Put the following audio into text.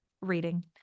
reading